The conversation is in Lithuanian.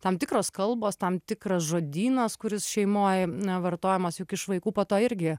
tam tikros kalbos tam tikras žodynas kuris šeimoj vartojamas juk iš vaikų po to irgi